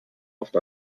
oft